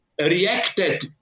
reacted